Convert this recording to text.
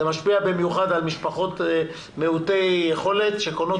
זה משפיע במיוחד על משפחות מיעוטי יכולת שקונות